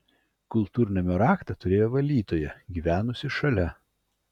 kultūrnamio raktą turėjo valytoja gyvenusi šalia